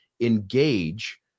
engage